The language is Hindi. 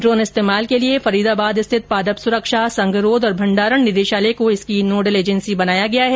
ड्रोन इस्तेमाल के लिए फरीदाबाद स्थित पादप सुरक्षा संगरोध और भण्डारण निदेशालय को इसकी नोडल एजेंसी बनाया गया है